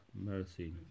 mercy